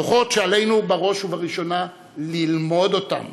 ואלה דוחות שעלינו, בראש ובראשונה, ללמוד אותם